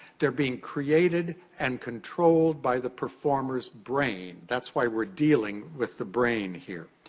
they're being created and controlled by the performer's brain, that's why we're dealing with the brain here.